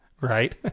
right